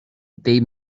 they